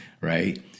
right